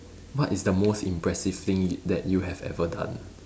what is the most impressive thing that you have ever done